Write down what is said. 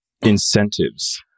incentives